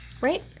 right